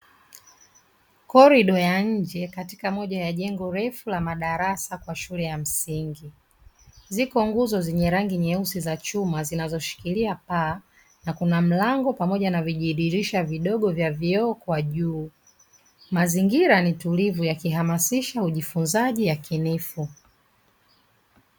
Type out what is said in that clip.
Korido ya nje katika moja ya jengo refu la madarasa kwa shule ya msingi, ziko nguzo zenye rangi nyeusi za chuma zinazo shikilia paa na kuna mlango pamoja na vijidirisha vidogo vya vioo kwa juu. Mazingira ni tulivu yakihamasisha ujifunzaji yakinifu